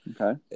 Okay